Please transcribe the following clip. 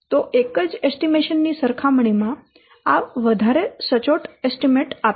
તો એક જ એસ્ટીમેશન ની સરખામણી માં આ વધારે સચોટ એસ્ટીમેટ આપે છે